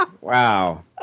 Wow